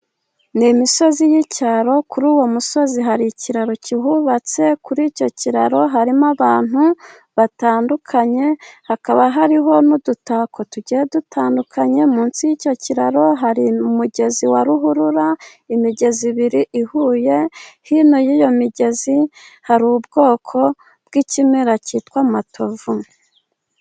Ni imisozi y’icyaro. Kuri uwo musozi hari ikiraro kihubatse. Kuri icyo kiraro harimo abantu batandukanye, hakaba hariho n’udutako tugiye dutandukanye. Munsi y’icyo kiraro hari umugezi wa ruhurura, imigezi ibiri ihuye. Hino y’iyo migezi hari ubwoko bw’ikimera cyitwa amatovu.